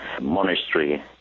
monastery